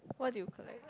what do you collect